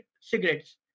cigarettes